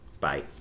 Bye